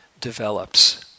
develops